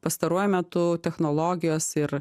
pastaruoju metu technologijos ir